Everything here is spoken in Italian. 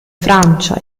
francia